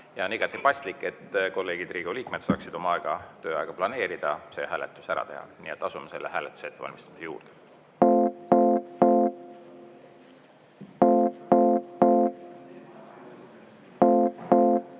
Ja on igati paslik, et kolleegid, Riigikogu liikmed saaksid oma tööaega planeerida, see hääletus ära teha. Nii et asume selle hääletuse ettevalmistamise juurde.